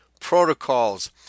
protocols